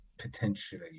potentially